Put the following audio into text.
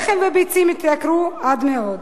לחם וביצים התייקרו עד מאוד,